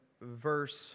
verse